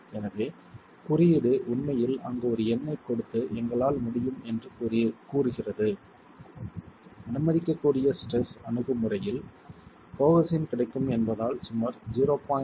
எனவே குறியீடு உண்மையில் அங்கு ஒரு எண்ணைக் கொடுத்து எங்களால் முடியும் என்று கூறுகிறது அனுமதிக்கக்கூடிய ஸ்ட்ரெஸ் அணுகுமுறையில் கோஹெஸின் கிடைக்கும் என்பதால் சுமார் 0